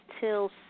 till